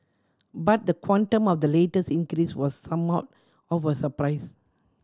but the quantum of the latest increase was somewhat of a surprise